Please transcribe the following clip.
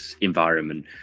environment